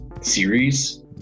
series